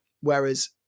Whereas